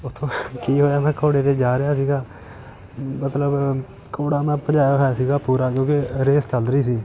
ਉੱਥੋਂ ਕੀ ਹੋਇਆ ਮੈਂ ਘੋੜੇ 'ਤੇ ਜਾ ਰਿਹਾ ਸੀਗਾ ਮਤਲਬ ਘੋੜਾ ਮੈਂ ਭਜਾਇਆ ਹੋਇਆ ਸੀਗਾ ਪੂਰਾ ਕਿਉਂਕਿ ਰੇਸ ਚੱਲ ਰਹੀ ਸੀ